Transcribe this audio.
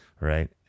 Right